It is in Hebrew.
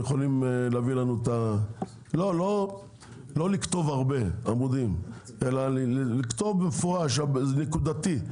לא לכתוב הרבה עמודים, אלא לכתוב נקודתית,